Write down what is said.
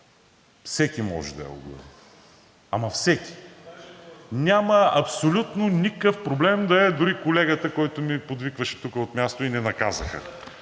всеки може да я оглави. Ама всеки! Няма абсолютно никакъв проблем да е дори колегата, който ми подвикваше тук от място и не наказаха.